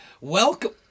Welcome